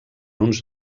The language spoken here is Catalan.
uns